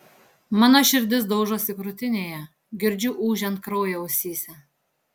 mano širdis daužosi krūtinėje girdžiu ūžiant kraują ausyse